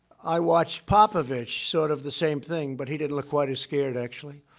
i watched popovich. sort of the same thing, but he didn't look quite as scared, actually.